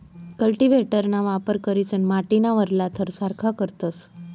कल्टीव्हेटरना वापर करीसन माटीना वरला थर सारखा करतस